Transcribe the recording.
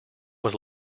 was